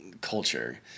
culture